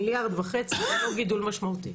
מיליארד וחצי זה לא גידול משמעותי.